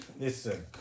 Listen